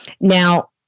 Now